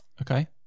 Okay